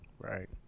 right